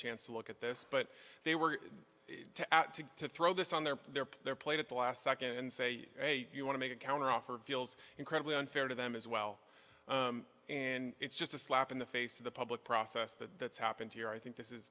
chance to look at this but they were to throw this on their their their plate at the last second and say you want to make a counteroffer feels incredibly unfair to them as well and it's just a slap in the face of the public process that that's happened here i think this is